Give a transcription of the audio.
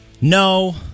No